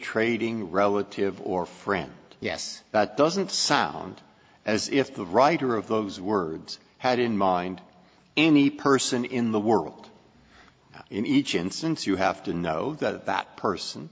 trading relative or friend yes but doesn't sound as if the writer of those words had in mind any person in the world in each instance you have to know that that person